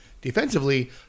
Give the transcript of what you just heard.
Defensively